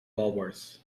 walworth